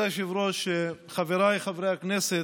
כבוד היושב-ראש, חבריי חברי הכנסת,